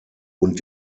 und